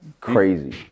crazy